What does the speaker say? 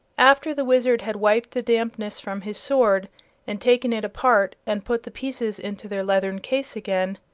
after the wizard had wiped the dampness from his sword and taken it apart and put the pieces into their leathern case again,